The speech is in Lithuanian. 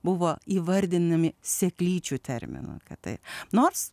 buvo įvardinami seklyčių terminu kad tai nors